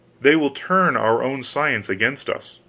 they will turn our own science against us.